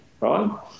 right